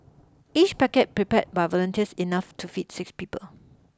each packet prepared by volunteers enough to feed six people